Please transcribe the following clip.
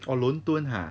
哦伦敦哈